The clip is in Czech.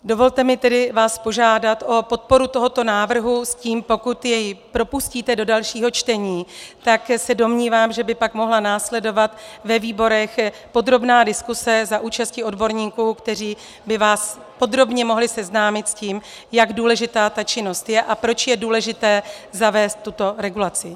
Dovolte mi tedy vás požádat o podporu tohoto návrhu s tím, pokud jej propustíte do dalšího čtení, tak se domnívám, že by pak mohla následovat ve výborech podrobná diskuse za účasti odborníků, kteří by vás podrobně mohli seznámit s tím, jak důležitá ta činnost je a proč je důležité zavést tuto regulaci.